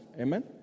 Amen